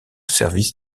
services